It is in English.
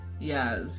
Yes